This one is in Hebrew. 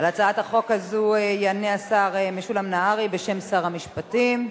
על הצעת החוק הזו יענה השר משולם נהרי בשם שר המשפטים.